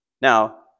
Now